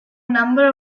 number